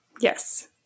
Yes